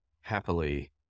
Happily